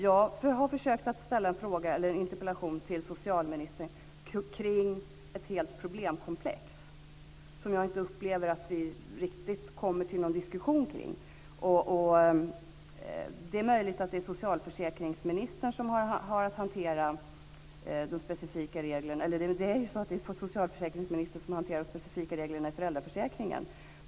Jag har försökt att ställa en interpellation till socialministern kring ett helt problemkomplex som jag inte upplever att vi riktigt kommer till någon diskussion kring. Det är socialförsäkringsministern som hanterar de specifika reglerna i föräldraförsäkringen.